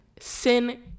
Sin